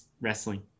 wrestling